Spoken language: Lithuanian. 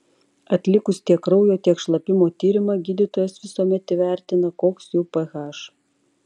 atlikus tiek kraujo tiek šlapimo tyrimą gydytojas visuomet įvertina koks jų ph